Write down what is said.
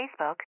Facebook